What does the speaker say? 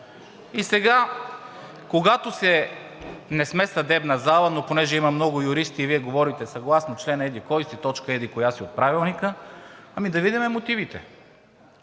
И сега – не сме съдебна зала, но понеже има много юристи и Вие говорите: съгласно член еди-кой си, точка еди-коя си от Правилника, ами да видим мотивите.